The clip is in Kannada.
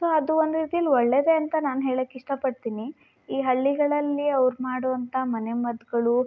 ಸೊ ಅದು ಒಂದು ರೀತಿಲಿ ಒಳ್ಳೆಯದೇ ಅಂತ ನಾನು ಹೇಳಕ್ಕೆ ಇಷ್ಟಪಡ್ತೀನಿ ಈ ಹಳ್ಳಿಗಳಲ್ಲಿ ಅವ್ರು ಮಾಡುವಂಥ ಮನೆಮದ್ದುಗಳು